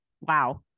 wow